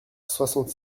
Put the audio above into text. soixante